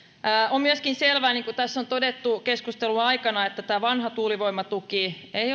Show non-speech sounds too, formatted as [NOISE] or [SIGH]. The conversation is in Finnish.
on myöskin selvää niin kuin tässä on todettu keskustelun aikana että tämä vanha tuulivoimatuki ei [UNINTELLIGIBLE]